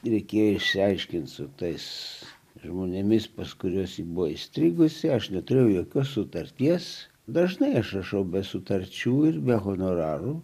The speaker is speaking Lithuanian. reikėjo išsiaiškinti su tais žmonėmis pas kuriuos ji buvo įstrigusi aš neturėjau jokios sutarties dažnai aš rašau be sutarčių ir be honorarų